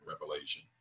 revelation